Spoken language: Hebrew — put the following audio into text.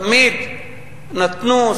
תמיד נתנו,